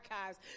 archives